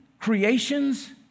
creations